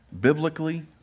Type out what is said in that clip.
biblically